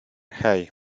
hej